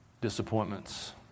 disappointments